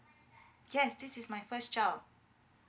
yes this is my first job